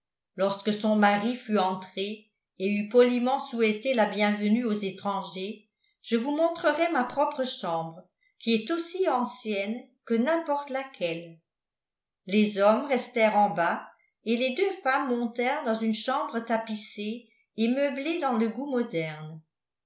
lorsque son mari fut entré et eut poliment souhaité la bienvenue aux étrangers je vous montrerai ma propre chambre qui est aussi ancienne que n'importe laquelle les hommes restèrent en bas et les deux femmes montèrent dans une chambre tapissée et meublée dans le goût moderne